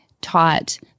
taught